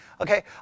Okay